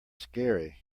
scary